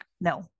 no